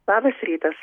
labas rytas